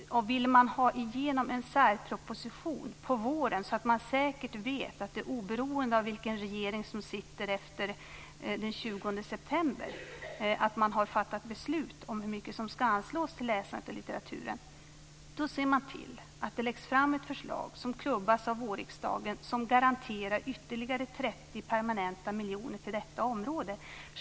Vill man ha igenom en särproposition på våren så att man säkert vet att det, oberoende av vilken regering som sitter efter den 20 september, har fattats ett beslut om hur mycket som skall anslås till läsandet och litteraturen ser man till att det läggs fram ett förslag som klubbas av vårriksdagen som garanterar ytterligare 30 permanenta miljoner till detta område.